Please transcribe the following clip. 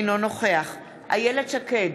אינו נוכח איילת שקד,